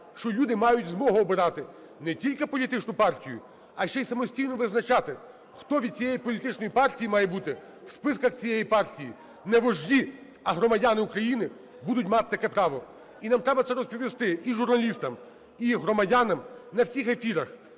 що люди мають змогу обирати не тільки політичну партію, а ще й самостійно визначати, хто від цієї політичної партії має бути в списках цієї партії, не вожді, а громадяни України будуть мати таке право. І нам треба це розповісти і журналістам, і громадянам на всіх ефірах.